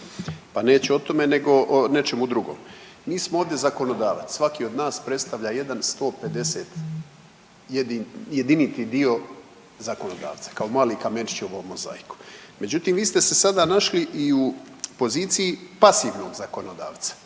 pa neću o tome nego o nečemu drugom. Mi smo ovdje zakonodavac. Svaki od nas predstavlja jedan 150 jediniti dio zakonodavca kao mali kamenčić u ovom mozaiku. Međutim, vi ste se sada našli i u poziciji pasivnog zakonodavca